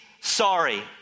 sorry